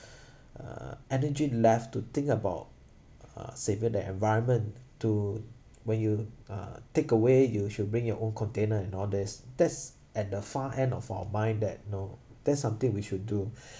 uh energy left to think about uh saving the environment to when you uh takeaway you should bring your own container and all this that's at the far end of our mind that you know that's something we should do